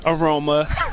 aroma